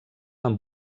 amb